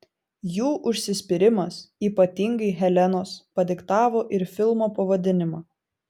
jų užsispyrimas ypatingai helenos padiktavo ir filmo pavadinimą